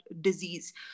disease